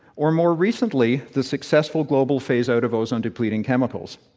or more recently the successful global phase out of ozone-depleting chemicals.